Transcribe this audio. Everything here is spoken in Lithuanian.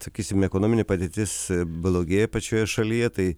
sakysim ekonominė padėtis blogėja pačioje šalyje tai